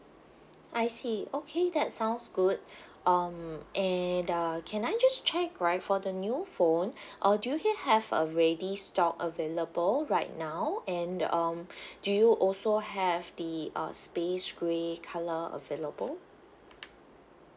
I see okay that sounds good um and uh can I just check right for the new phone uh do you have a ready stock available right now and um do you also have the uh space grey colour available